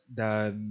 dan